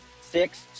six